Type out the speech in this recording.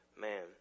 man